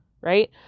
right